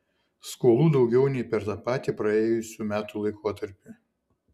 skolų daugiau nei per tą patį praėjusių metų laikotarpį